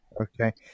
okay